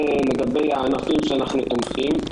זה לגבי הענפים שבהם אנחנו תומכים.